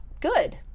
good